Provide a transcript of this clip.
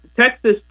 Texas